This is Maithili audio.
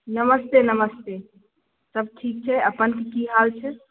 नमस्ते नमस्ते सभ ठीक छै अपन की हाल छै